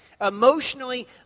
emotionally